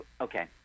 Okay